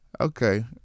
okay